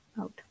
out